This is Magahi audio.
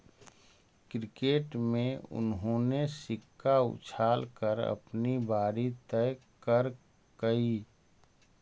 क्रिकेट में उन्होंने सिक्का उछाल कर अपनी बारी तय करकइ